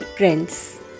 Friends